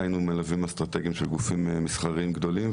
היינו מלווים אסטרטגיים של גופים מסחריים גדולים,